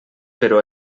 però